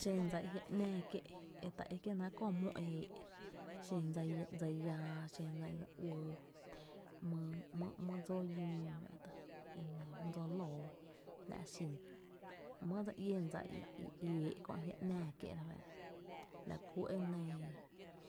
Xen dsa i jia’ ´náá kié’ e ta é kié’ lɇ kö mó eé´’ xen dsa i dse llⱥⱥ, xen dsa i de uɇɇ mý dsóo llóo fá’tá’ e nɇɇ my dsóo lóoó la’ xin mýy e dse ié’n tá’ i eé’ kö e jiá’ ‘náá kié’ e fá’, enɇɇ la kú jmý’